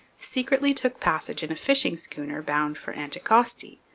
secretly took passage in a fishing schooner bound for anticosti,